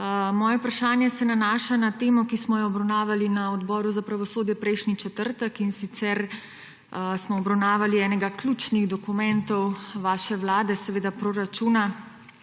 Moje vprašanje se nanaša na temo, ki smo jo obravnavali na Odboru za pravosodje prejšnji četrtek, in sicer smo obravnavali enega ključnih dokumentov vaše vlade, to je proračuna